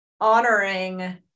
honoring